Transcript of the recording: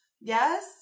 Yes